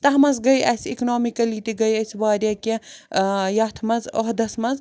تَتھ منٛز گٔے اسہِ اِکنوٛامِکلی تہِ گٔے أسۍ واریاہ کیٚنٛہہ ٲں یتھ منٛز عہدَس منٛز